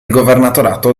governatorato